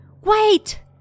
Wait